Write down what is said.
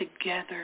together